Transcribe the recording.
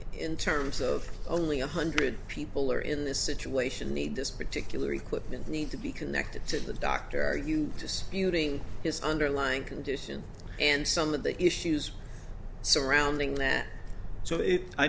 in terms of only one hundred people or in this situation need this particular equipment need to be connected to the doctor are you disputing his underlying condition and some of the issues surrounding that so i